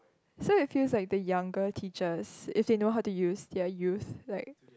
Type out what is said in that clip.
so it feels like the younger teachers if they know how to use their youth like